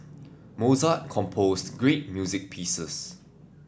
Mozart composed great music pieces